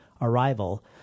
Arrival